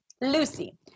Lucy